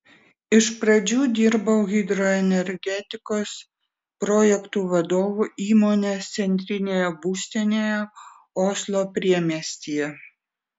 iš pradžių dirbau hidroenergetikos projektų vadovu įmonės centrinėje būstinėje oslo priemiestyje